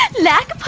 leg